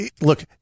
look